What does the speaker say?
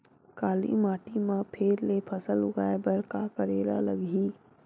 काली माटी म फेर ले फसल उगाए बर का करेला लगही?